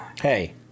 hey